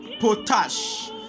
potash